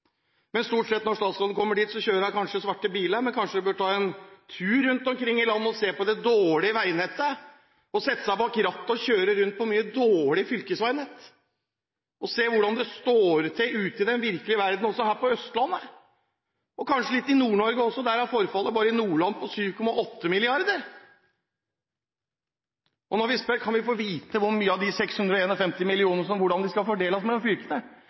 men kanskje burde hun ta en tur rundt omkring i landet og se på det dårlige veinettet; sette seg bak rattet og kjøre rundt på mye dårlig fylkesveinett, se hvordan det står til ute i den virkelige verden, også her på Østlandet, og kanskje litt i Nord-Norge også – forfallet bare i Nordland er på 7,8 mrd. kr. Vi spør om å få vite hvordan de 651 mill. kr skal fordeles mellom fylkene,